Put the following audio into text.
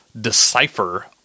decipher